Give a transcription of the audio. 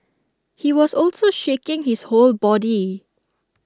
he was also shaking his whole body